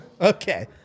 Okay